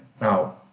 Now